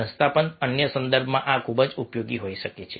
સંસ્થા પણ અન્ય સંદર્ભમાં આ ખૂબ ઉપયોગી હોઈ શકે છે